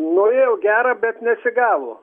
norėjau gera bet nesigavo